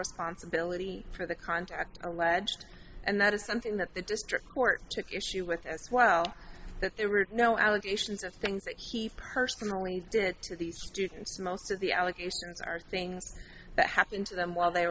responsibility for the contact alleged and that is something that the district court took issue with as well that there were no allegations or things that he person raised it to these students most of the allegations are things that happened to them while they